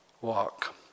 walk